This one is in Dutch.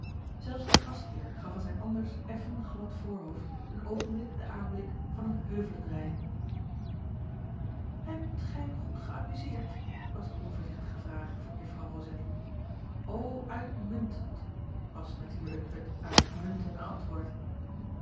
zelfs de gastheer gaf aan zijn anders effen glad voorhoofd een oogenblik den aanblik van eene heuvelenrij hebt gij u goed geamuseerd was de onvoorzigtige vraag van jufvrouw rosalie o uitmuntend was natuurlijk het uitmuntende antwoord